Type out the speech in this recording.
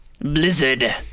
Blizzard